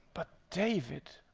but, david,